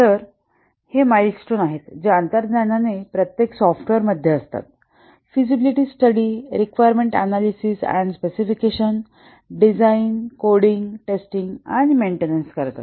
तर हे माईलस्टोन्स आहेत जे अंतर्ज्ञानाने प्रत्येक सॉफ्टवेअर मध्ये असतात feasibility study requirement analysis and specification design coding testing आणि मेन्टेनन्स करतात